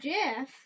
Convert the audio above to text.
Jeff